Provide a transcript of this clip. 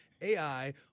ai